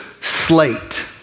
slate